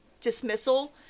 dismissal